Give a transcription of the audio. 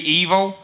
evil